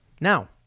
Now